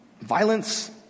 violence